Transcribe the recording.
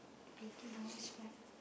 eighteen hours flight